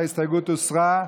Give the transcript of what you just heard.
ההסתייגות הוסרה.